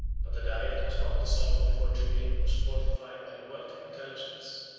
but the diet was not dissolved before julian was fortified by the welcome intelligence,